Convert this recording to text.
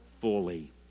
fully